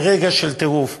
ברגע של טירוף,